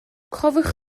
cofiwch